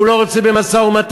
הוא לא רוצה במשא-ומתן.